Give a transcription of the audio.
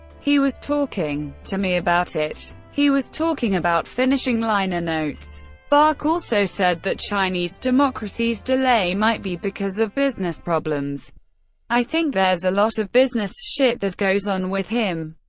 he was talking to me about it. he was talking about finishing liner notes. bach also said that chinese democracys delay might be, because of business problems i think there's a lot of business shit that goes on with him.